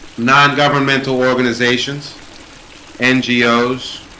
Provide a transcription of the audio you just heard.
nongovernmental organizations ngos